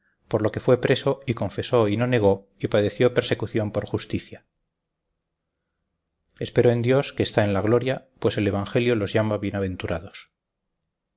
por lo que fue preso y confesó y no negó y padeció persecución por justicia espero en dios que está en la gloria pues el evangelio los llama bienaventurados